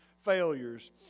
failures